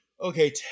okay